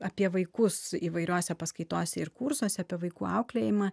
apie vaikus įvairiose paskaitose ir kursuose apie vaikų auklėjimą